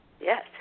Yes